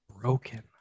broken